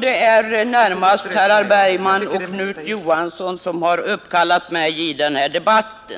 Det är närmast herrar Bergman och Knut Johansson som har uppkallat mig i denna debatt.